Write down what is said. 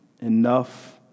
enough